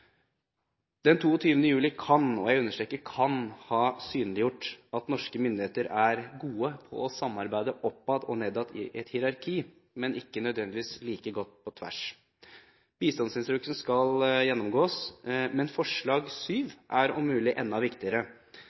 Den 22. juli kan – og jeg understreker kan – ha synliggjort at norske myndigheter er gode på å samarbeide oppad og nedad i et hierarki, men ikke nødvendigvis samarbeider like godt på tvers. Bistandsinstruksen skal gjennomgås, men forslaget til vedtak under VII er om mulig enda viktigere,